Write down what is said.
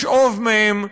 לשאוב מהם,